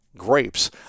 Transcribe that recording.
Grapes